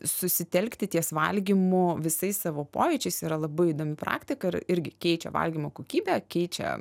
susitelkti ties valgymu visais savo pojūčiais yra labai įdomi praktika ir irgi keičia valgymo kokybę keičia